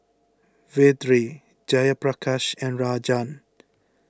Vedre Jayaprakash and Rajan